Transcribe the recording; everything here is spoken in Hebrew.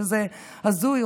שזה הזוי.